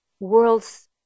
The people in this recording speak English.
worlds